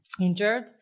Injured